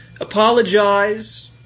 apologize